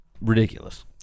Ridiculous